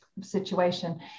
situation